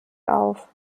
auf